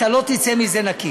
אתה לא תצא מזה נקי.